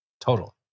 total